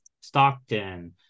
Stockton